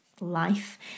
life